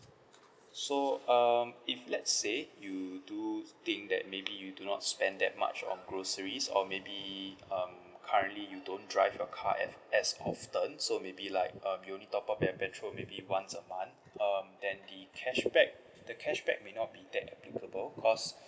so um if let's say you do think that maybe you do not spend that much on groceries or maybe um currently you don't drive your car as as often so maybe like um you only top up your petrol maybe once a month um then the cashback the cashback may not be that applicable because